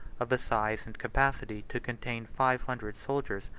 of a size and capacity to contain five hundred soldiers,